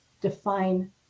define